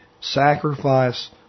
sacrifice